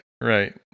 right